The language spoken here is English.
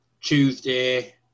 Tuesday